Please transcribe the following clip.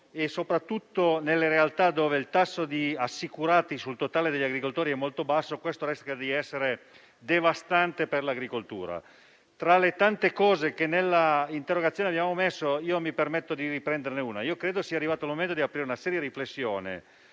soprattutto nelle realtà dove il tasso di assicurati sul totale degli agricoltori è molto basso, ciò rischia di essere devastante per l'agricoltura. Tra i tanti punti che abbiamo posto nell'interrogazione, mi permetto di riprenderne uno: credo sia arrivato il momento di aprire una seria riflessione